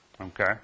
Okay